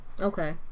Okay